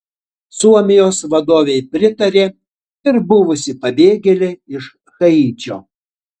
suomijos vadovei pritarė ir buvusi pabėgėlė iš haičio